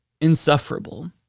insufferable